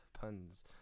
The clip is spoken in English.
puns